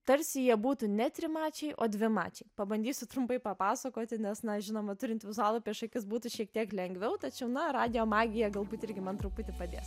tarsi jie būtų ne trimačiai o dvimačiai pabandysiu trumpai papasakoti nes na žinoma turint vizualų prieš akis būtų šiek tiek lengviau tačiau na radijo magija galbūt irgi man truputį padės